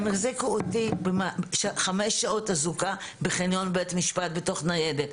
הם החזיקו אותי חמש שעות אזוקה בחניון בית משפט בתוך ניידת,